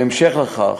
בהמשך לכך,